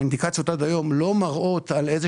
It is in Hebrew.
האינדיקציות עד היום לא מראות על איזה